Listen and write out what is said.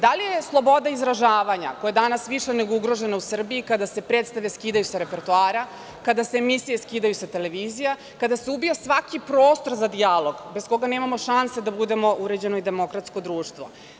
Da li je sloboda izražavanja koje je danas više nego ugroženo u Srbiji kada se prestave skidaju sa repertoara, kada se emisije skidaju sa televizije, kada se ubija svaki prostor za dijalog bez koga nemamo šanse da budemo u uređeno i demokratsko društvo?